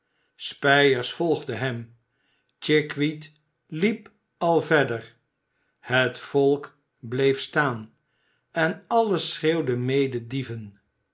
spyers volgde hem chickweed liep al verder het volk bleef staan en alles schreeuwde mede dieven